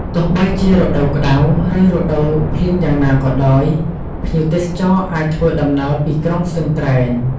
ទោះបីជារដូវក្តៅ ឬរដូវភ្លៀងយ៉ាងណាក៏ដោយ ភ្ញៀវទេសចរអាចធ្វើដំណើរពីក្រុងស្ទឹងត្រែង ។